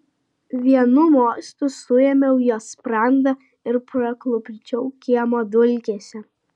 vienu mostu suėmiau jo sprandą ir parklupdžiau kiemo dulkėse